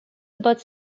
about